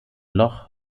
loch